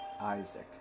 Isaac